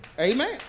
Amen